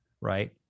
right